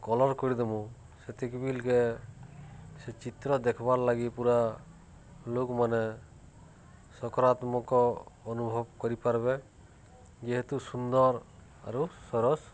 colour କରିଦେମୁ ସେତିକି ବଲ୍କେ ସେ ଚିତ୍ର ଦେଖ୍ବାର୍ଲାଗି ପୁରା ଲୋକ୍ମାନେ ସକାରାତ୍ମକ ଅନୁଭବ୍ କରିପାର୍ବେ ଯେହେତୁ ସୁନ୍ଦର୍ ଆରୁ ସରସ୍